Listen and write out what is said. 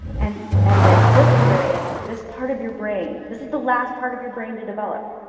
and and then this area, this part of your brain, this is the last part of your brain to develop.